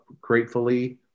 gratefully